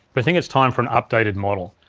but think it's time for an updated model.